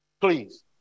Please